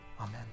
Amen